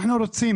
אנחנו רוצים,